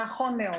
נכון מאוד.